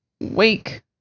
Wake